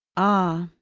ah!